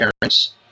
parents